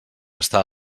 està